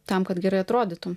tam kad gerai atrodytų